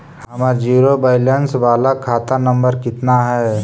हमर zero balance बाला खाता नम्बर कितना है?